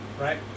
right